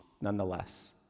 nonetheless